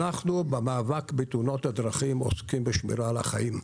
אנחנו במאבק בתאונות בדרכים עוסקים בשמירה על החיים.